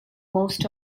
most